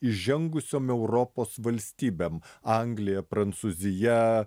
įžengusiom europos valstybėm anglija prancūzija